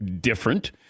different